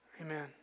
Amen